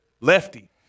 Lefty